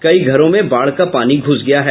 कई घरों में बाढ़ का पानी घुस गया है